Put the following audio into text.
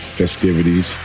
festivities